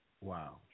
Wow